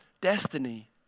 destiny